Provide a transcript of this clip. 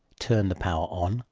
turn the power on,